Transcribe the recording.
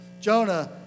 Jonah